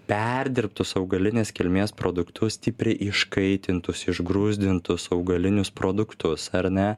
perdirbtus augalinės kilmės produktus stipriai iškaitintus išgruzdintus augalinius produktus ar ne